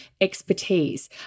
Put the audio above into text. expertise